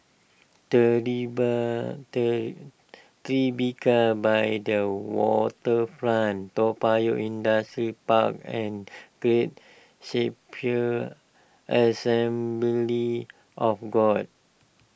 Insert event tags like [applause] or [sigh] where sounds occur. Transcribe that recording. [unintelligible] Tribeca by the Waterfront Toa Payoh [unintelligible] Park and Great Shepherd Assembly of God